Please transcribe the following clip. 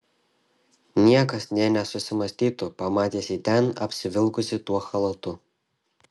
niekas nė nesusimąstytų pamatęs jį ten apsivilkusį tuo chalatu